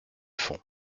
fond